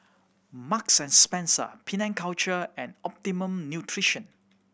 Marks and Spencer Penang Culture and Optimum Nutrition